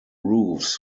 roofs